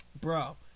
Bro